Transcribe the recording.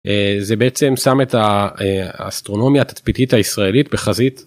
זה בעצם שם את האסטרונומיה התצפיתית הישראלית בחזית.